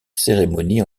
cérémonie